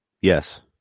yes